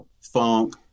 funk